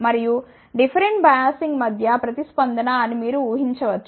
మరియు different biasing మధ్య ప్రతిస్పందన అని మీరు ఊహించవచ్చు